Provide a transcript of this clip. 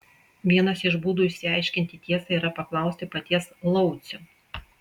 vienas iš būdų išsiaiškinti tiesą yra paklausti paties laucio